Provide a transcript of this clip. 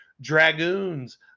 Dragoons